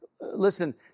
Listen